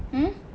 hmm